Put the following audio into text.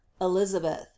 elizabeth